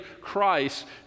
Christ